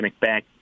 back